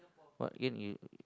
what game you